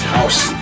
House